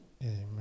Amen